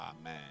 Amen